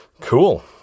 Cool